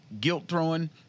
guilt-throwing